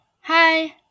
Hi